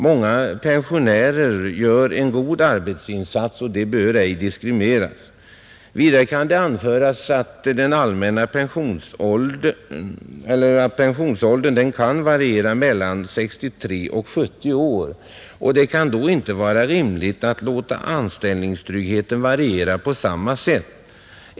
Många pensionärer gör en god arbetsinsats och de bör ej diskrimineras, Vidare kan det anföras att pensionsåldern kan variera mellan 63 och 70 år, och det kan då inte vara rimligt att låta anställningstryggheten variera på samma sätt.